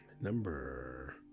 Number